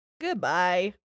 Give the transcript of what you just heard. goodbye